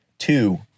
Two